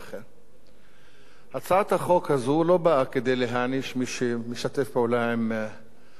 הצעת החוק הזאת לא באה כדי להעניש את מי שמשתף פעולה עם המשטר באירן.